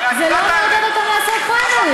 זה לא מעודד אותן לעשות פריימריז.